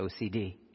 OCD